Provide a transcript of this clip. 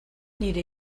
nire